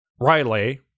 Riley